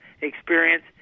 experience